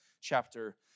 chapter